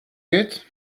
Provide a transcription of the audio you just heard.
yet